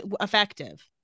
effective